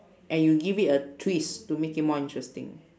and you give it a twist to make it more interesting